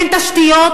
אין תשתיות,